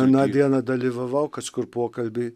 aną dieną dalyvavau kažkur pokalby